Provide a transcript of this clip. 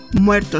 Muertos